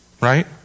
right